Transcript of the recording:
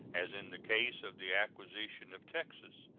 as in the case of the acquisition of texas.